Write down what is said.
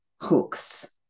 hooks